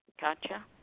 Gotcha